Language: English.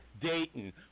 Dayton